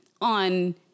on